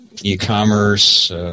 e-commerce